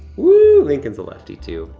lincoln's a lefty too.